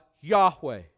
Yahweh